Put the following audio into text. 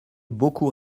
beaucoup